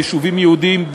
ביישובים יהודיים,